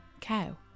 Cow